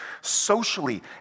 socially